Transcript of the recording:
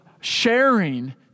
sharing